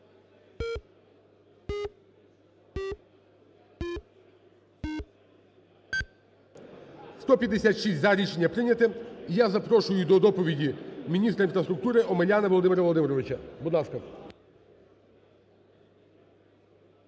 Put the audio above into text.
За-156 Рішення прийняте. І я запрошую до доповіді міністра інфраструктури. Омеляна Володимира Володимировича. Будь ласка.